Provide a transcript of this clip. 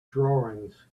drawings